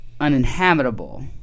uninhabitable